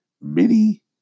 mini